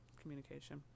communication